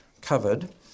covered